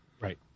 Right